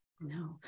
No